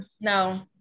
No